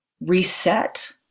reset